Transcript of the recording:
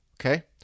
Okay